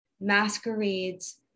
masquerades